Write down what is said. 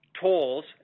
tolls